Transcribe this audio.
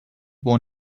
born